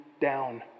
down